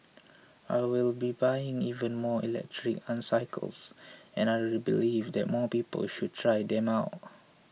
I will be buying even more electric unicycles and I really believe that more people should try them out